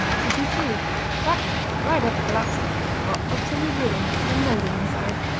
to too few cracked, dried-up, collapsed or utterly ruined by molding inside.